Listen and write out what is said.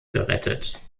gerettet